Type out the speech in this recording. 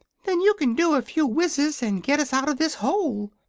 then you can do a few wizzes and get us out of this hole,